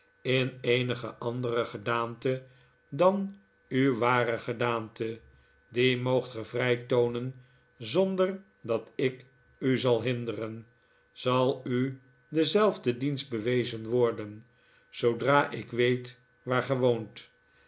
in eenige andere gedaante dan uw ware gedaante die moogt ge vrij toonen zonder dat ik u zal hinderen zal u dezelfde dienst bewezen worden zoodra ik weet waar ge woont